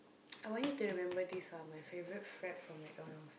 I want you to remember this ah my favourite frappe from McDonalds